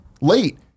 late